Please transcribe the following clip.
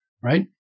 right